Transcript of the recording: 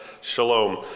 shalom